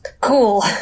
Cool